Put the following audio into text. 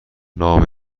نام